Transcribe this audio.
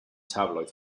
tabloid